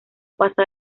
pasa